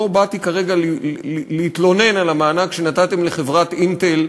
לא באתי כרגע להתלונן על המענק שנתתם לחברת "אינטל",